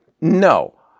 No